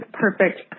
perfect